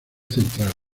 central